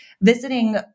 visiting